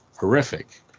horrific